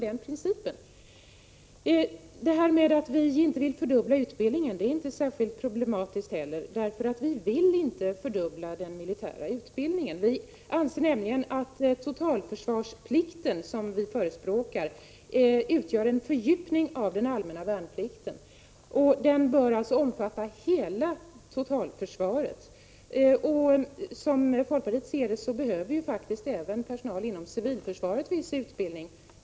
Detta att vi inte vill fördubbla utbildningen är inte heller särskilt problematiskt. Vi vill nämligen inte fördubbla den militära utbildningen. Vi anser att totalförsvarsplikten, som vi förespråkar, utgör en fördjupning av Prot. 1985/86:126 den allmänna värnplikten. Den bör alltså omfatta hela totalförsvaret. Som 24 april 1986 folkpartiet ser det behöver faktiskt även personal inom civilförsvaret viss utbildning.